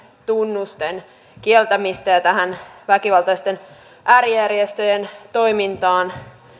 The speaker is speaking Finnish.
tunnusten kieltämistä ja tähän väkivaltaisten äärijärjestöjen toimintaan